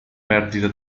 perdita